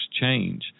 change